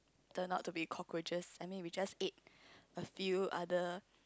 turned out to be cockroaches I mean we just ate a few other